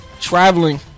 traveling